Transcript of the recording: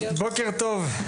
בוקר טוב,